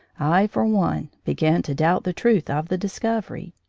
i, for one, began to doubt the truth of the discovery.